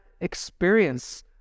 experience